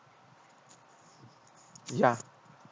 ya